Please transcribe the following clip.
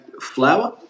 flour